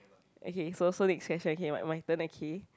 okay so so next question okay my my turn okay